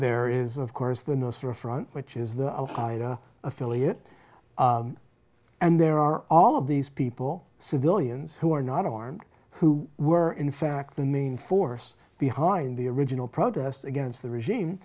there is of course the no store front which is the al qaeda affiliate and there are all of these people civilians who are not armed who were in fact the main force behind the original protest against the regime